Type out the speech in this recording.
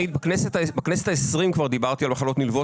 אני כבר בכנסת ה-20 דיברתי על מחלות נלוות